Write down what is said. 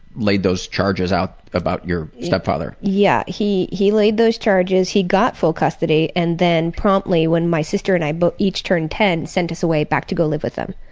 laid those charges out about your stepfather. yeah, he he laid those charges, he got full custody and then promptly, when my sister and i were but each turned ten, sent us away, back to go live with them.